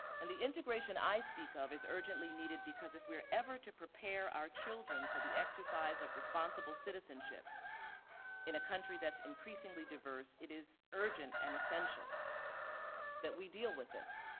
and the integration i speak of is urgently needed because if we're ever to prepare our children for the exercise of responsible citizenship in a country that's increasingly diverse, it is urgent and essential that we deal with this.